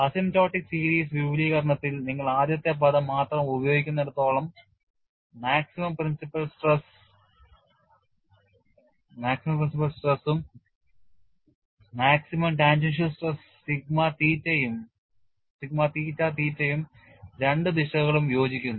asymptotic series വിപുലീകരണത്തിൽ നിങ്ങൾ ആദ്യത്തെ പദം മാത്രം ഉപയോഗിക്കുന്നിടത്തോളം പരമാവധി പ്രിൻസിപ്പൽ സ്ട്രെസും പരമാവധി ടാൻജൻഷ്യൽ സ്ട്രെസ് സിഗ്മ തീറ്റ തീറ്റയും രണ്ട് ദിശകളും യോജിക്കുന്നു